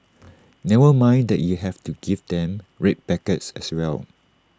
never mind that you have to give them red packets as well